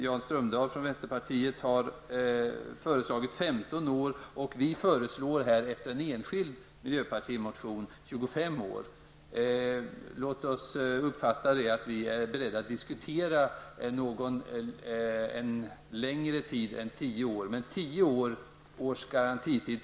Jan Strömdahl i vänsterpartiet föreslår 15 år och vi föreslår i en enskild miljömotion 25 år. En garantitid på 10 år tycker vi absolut är för kort och vi är beredda att diskutera en längre garantitid.